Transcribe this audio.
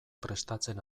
prestatzen